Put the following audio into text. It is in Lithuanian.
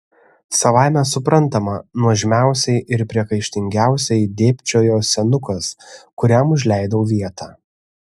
savaime suprantama nuožmiausiai ir priekaištingiausiai dėbčiojo senukas kuriam užleidau vietą